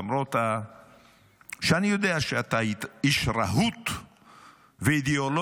למרות שאני יודע שאתה איש רהוט ואידיאולוג,